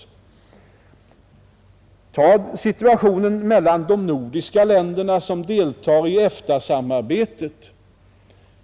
Låt oss t.ex. se på situationen för de nordiska länderna, som deltar i EFTA-samarbetet.